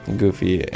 goofy